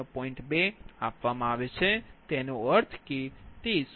2 આપવામાં આવે છે તેનો અર્થ 0